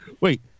Wait